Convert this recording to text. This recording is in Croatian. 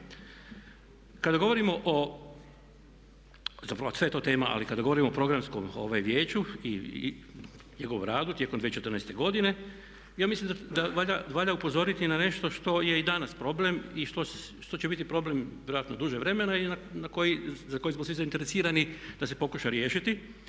Kada govorimo o, zapravo sve je to tema ali kada govorimo o Programskom vijeću i njegovom radu tijekom 2014. godine ja mislim da valja upozoriti na nešto što je i danas problem i što će biti problem vjerojatno duže vremena i za koji smo svi zainteresirani da se pokuša riješiti.